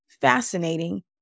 fascinating